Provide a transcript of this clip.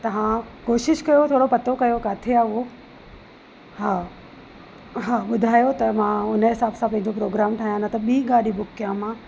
तव्हां कोशिशि कयो थोरो पतो कयो किथे आहे हूओ हा हा ॿुधायो त मां हुन हिसाब सां पंहिंजो प्रोग्राम ठाहियां न त ॿी गाडी बुक कयां मां